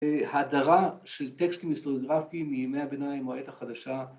‫ההדרה של טקסטים היסטוריוגרפיים ‫מהימי הביניים או העת החדשה...